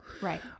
Right